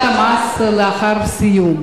המס שלאחר הסיום.